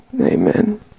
Amen